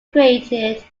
created